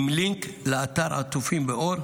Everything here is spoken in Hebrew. עם לינק לאתר עטופים באור,